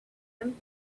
him